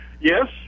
yes